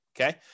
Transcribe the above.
okay